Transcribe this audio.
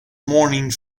morning